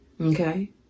Okay